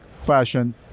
fashion